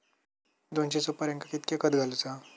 दोनशे सुपार्यांका कितक्या खत घालूचा?